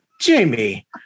Jamie